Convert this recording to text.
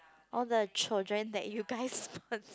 all the children that you guys